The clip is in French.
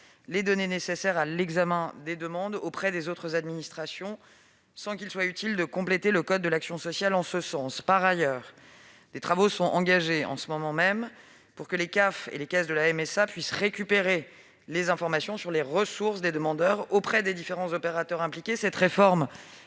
les données nécessaires à l'examen des demandes auprès des autres administrations sans qu'il soit utile de compléter le code de l'action sociale et des familles en ce sens. Par ailleurs, des travaux sont engagés en ce moment même pour que les CAF et les caisses de la MSA puissent récupérer les informations sur les ressources des demandeurs auprès des différents opérateurs impliqués. Cette réforme